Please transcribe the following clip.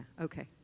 okay